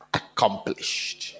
accomplished